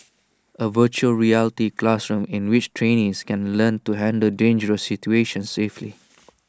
A Virtual Reality classroom in which trainees can learn to handle dangerous situations safely